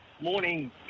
Morning